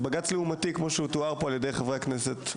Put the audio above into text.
בג"צ לעומתי כמו שתואר פה על ידי חברי הכנסת,